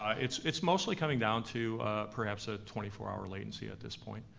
ah it's it's mostly coming down to perhaps a twenty four hour latency at this point.